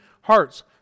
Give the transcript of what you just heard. hearts